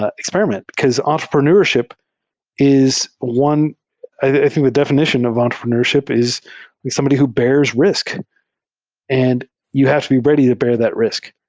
ah experiment, because entrepreneurship is one i think the definition of entrepreneurship is like somebody who bears risk and you have to be ready to bear that risk.